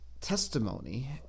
testimony